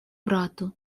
брату